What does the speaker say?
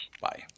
Bye